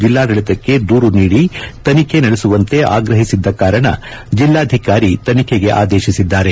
ಜಿಲ್ಲಾಡಳಿತಕ್ಕೆ ದೂರು ನೀದಿ ತನಿಖೆ ನಡೆಸುವಂತೆ ಆಗ್ರಹಿಸಿದ್ದ ಕಾರಣ ಜಿಲ್ಲಾಧಿಕಾರಿ ತನಿಖೆಗೆ ಆದೇಶಿಸಿದ್ದಾರೆ